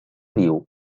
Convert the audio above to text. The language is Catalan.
viu